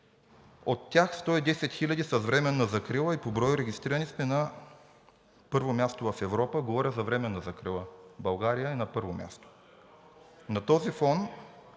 От тях 110 хиляди с временна закрила и по брой регистрирани сме на първо място в Европа – говоря за временна закрила, България е на първо място. На този фон